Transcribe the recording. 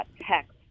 text